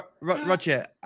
Roger